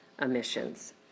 emissions